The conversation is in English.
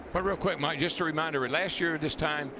but real quickly, just a reminder. ah last year at this time,